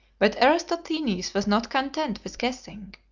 but eratosthenes was not content with guessing.